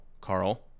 Carl